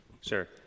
sure